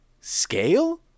scale